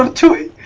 um to